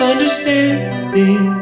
understanding